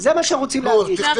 זה מה שרוצים להגיד.